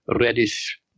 reddish